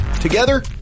Together